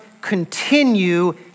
continue